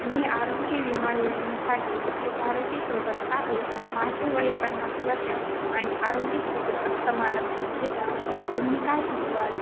मी आरोग्य विमा योजनेसाठी शिफारशी शोधत आहे माझे वय पन्नास वर्षं आणि आरोग्य स्थिती अस्तमा लक्षात घेता तुम्ही काय सुचवाल